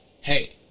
hey